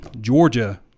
Georgia